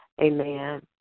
Amen